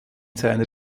seiner